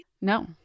No